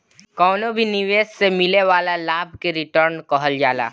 कवनो भी निवेश से मिले वाला लाभ के रिटर्न कहल जाला